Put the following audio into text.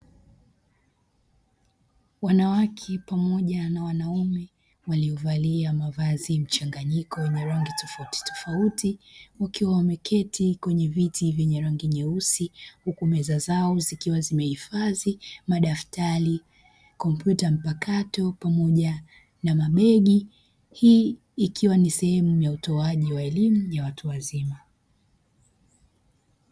Wanawake pamoja na wanaune walio valia mavazi mchanganyiko yenye rangi tofautitofauti wakiwa wameketi kwenye viti vyenye rangi nyeusi, huku meza zao zikiwa zimehifadhi madaftari, kompyuta mpakato, pamoja na mabegi. Hii ikiwa ni sehemu ya utoaji wa elimu ya watu wazima.